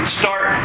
start